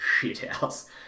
shithouse